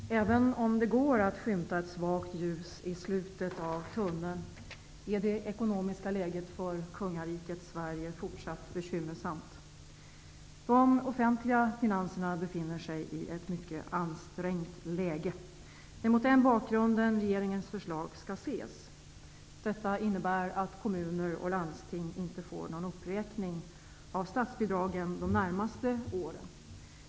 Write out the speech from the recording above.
Herr talman! Även om det går att skymta ett svagt ljus i slutet av tunneln är det ekonomiska läget för kungariket Sverige fortsatt bekymmersamt. De offentliga finanserna befinner sig i ett mycket ansträngt läge. Det är mot den bakgrunden regeringens förslag skall ses. Detta innebär att kommuner och landsting inte får någon uppräkning av statsbidragen de närmaste åren.